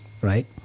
right